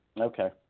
Okay